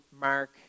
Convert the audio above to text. Mark